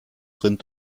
rind